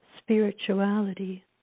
spirituality